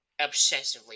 obsessively